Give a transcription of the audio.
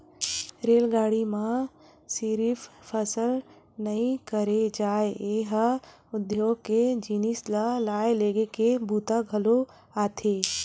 रेलगाड़ी म सिरिफ सफर नइ करे जाए ए ह उद्योग के जिनिस ल लाए लेगे के बूता घलोक आथे